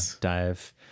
dive